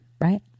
right